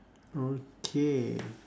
okay